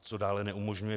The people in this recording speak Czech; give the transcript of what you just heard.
Co dále neumožňuje?